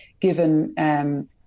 given